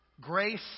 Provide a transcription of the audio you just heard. grace